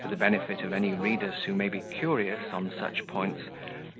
for the benefit of any readers who may be curious on such points,